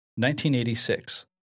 1986